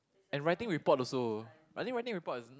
and writing report also I think writing report is